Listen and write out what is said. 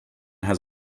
has